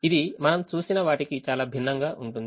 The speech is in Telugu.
ఇది మనం చూసిన వాటికి చాలా భిన్నంగా ఉంటుంది